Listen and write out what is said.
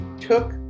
took